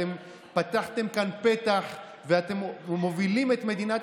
אתם פתחתם כאן פתח ומובילים את מדינת